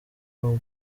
paul